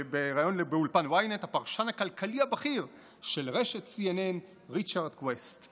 באולפן ynet הפרשן הכלכלי הבכיר של רשת CNN ריצ'ארד קווסט.